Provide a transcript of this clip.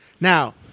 Now